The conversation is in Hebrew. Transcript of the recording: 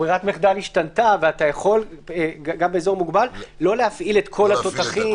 ברירת המחדל השתנתה ואתה יכול גם באזור מוגבל לא להפעיל את כל התותחים.